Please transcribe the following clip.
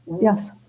Yes